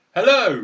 hello